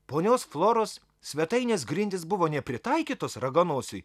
ponios floros svetainės grindys buvo nepritaikytos raganosiui